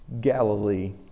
Galilee